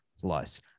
Plus